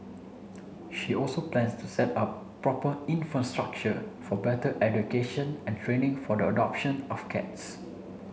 she also plans to set up proper infrastructure for better education and training for the adoption of cats